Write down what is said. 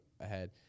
ahead